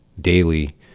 daily